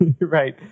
Right